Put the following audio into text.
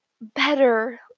better